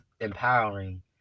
empowering